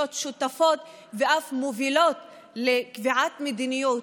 שותפות ואף מובילות לקביעת מדיניות,